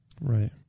right